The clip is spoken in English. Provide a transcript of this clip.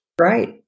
Right